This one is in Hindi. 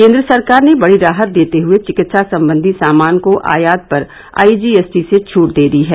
केंद्र सरकार ने बडी राहत देते हुए चिकित्सा संबंधी सामान को आयात पर आईजीएसटी से छूट दे दी है